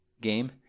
game